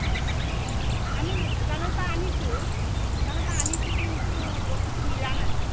অ আনিলো দোকানৰ পৰা আনিছোঁ অ দোকানৰ পৰা আনিছোঁ কিন্তু বস্তুটো মিলা নাই